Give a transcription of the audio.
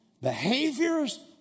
behaviors